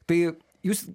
tai jūs